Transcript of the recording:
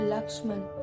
Lakshman